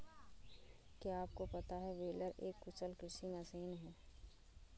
क्या आपको पता है बेलर एक कुशल कृषि मशीन है?